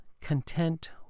Content